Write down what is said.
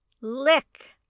lick